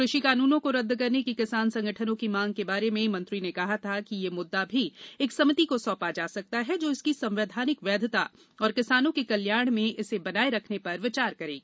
कृषि कानूनों को रद्द करने की किसान संगठनों की मांग के बारे में मंत्री ने कहा था कि यह मुद्दा भी एक समिति को सौंपा जा सकता है जो इसकी संवैधानिक वैधता और किसानों के कल्याण में इसे बनाये रखने पर विचार करेगी